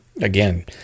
again